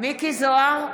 מיקי זוהר,